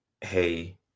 hey